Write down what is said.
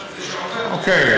אוקיי,